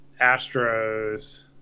Astros